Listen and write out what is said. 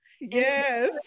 Yes